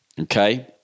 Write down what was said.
Okay